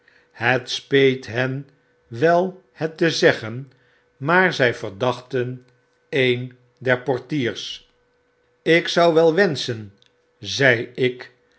het speet hen wel het te zeggen maar zy verdachten een der portiers ik zou wel wenschen zei ik